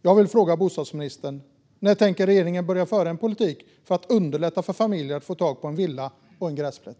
Jag vill fråga bostadsministern: När tänker regeringen börja föra en politik för att underlätta för familjer att få tag på en villa på en gräsplätt?